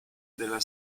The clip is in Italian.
della